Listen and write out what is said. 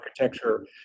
architecture